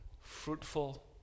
fruitful